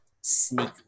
sneak